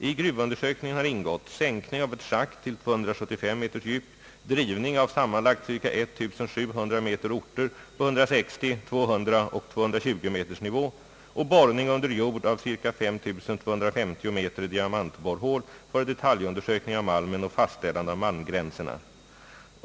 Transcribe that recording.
I gruvundersökningen har ingått sänkning av ett schakt till 275 m djup, drivning av sammanlagt ca 1700 m orter på 160, 200 och 220 m nivå och borrning under jord av 5.250 m diamantborrhål för detaljundersökning av malmen och fastställande av malmgränserna.